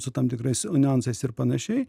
su tam tikrais niuansais ir panašiai